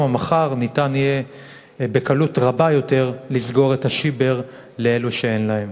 המחר ניתן יהיה בקלות רבה יותר לסגור את השיבר לאלה שאין להם.